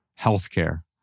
healthcare